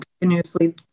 continuously